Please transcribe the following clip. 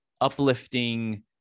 uplifting